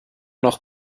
noch